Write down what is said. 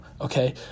Okay